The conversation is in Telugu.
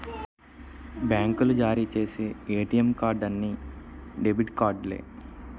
బ్యాంకులు జారీ చేసి ఏటీఎం కార్డు అన్ని డెబిట్ కార్డులే